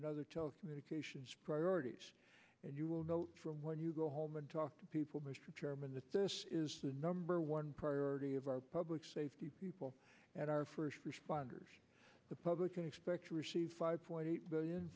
and other communications priorities and you will note from when you go home and talk to people mr chairman that this is the number one priority of our public safety people and our first responders the public can expect to receive five point eight billion